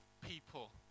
people